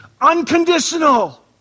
Unconditional